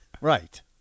right